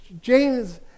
James